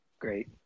Great